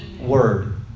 word